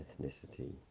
Ethnicity